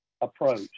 approach